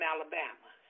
Alabama